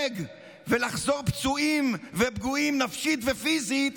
ולחזור פצועים ופגועים נפשית ופיזית